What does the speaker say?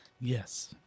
yes